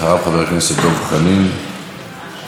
אדוני היושב-ראש, חברות וחברי כנסת נכבדים,